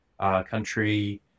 Country